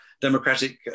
democratic